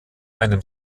einem